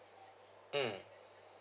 mm